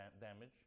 damage